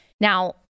Now